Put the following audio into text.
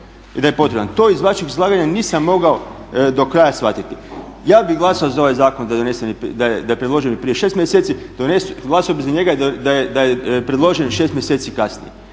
To iz vašeg izlaganja nisam mogao do kraja shvatiti. Ja bi glasovao za ovaj zakon da je predložen i prije 6mjeseci, glasao bi za njega da je predložen i 6 mjeseci kasnije.